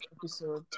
episode